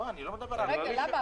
למה?